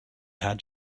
had